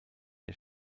der